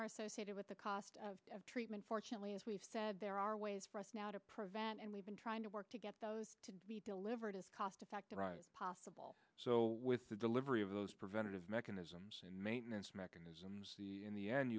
are associated with the cost of treatment fortunately as we've said there are ways for us now to prevent and we've been trying to work to get those to be delivered at cost effective profitable so with the livery of those preventative mechanisms and maintenance mechanisms in the end